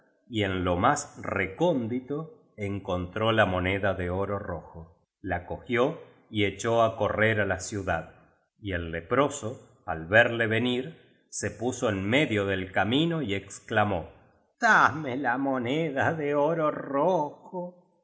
y en lo más recóndito encontró la moneda de oro rojo la cogió y echó á correr ála ciudad y el leproso al verle venir se puso en medio del ca mino y exclamó dame la moneda de oro rojo